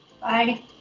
Bye